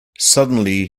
suddenly